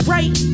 Right